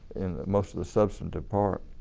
most of the substantive part.